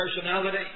personality